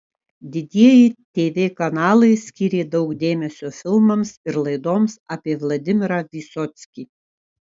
didieji tv kanalai skyrė daug dėmesio filmams ir laidoms apie vladimirą vysockį